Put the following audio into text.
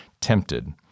tempted